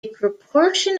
proportion